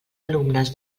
alumnes